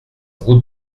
route